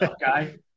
guy